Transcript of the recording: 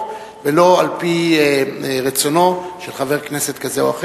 ולא על-פי רצונו של חבר כנסת כזה או אחר.